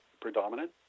predominant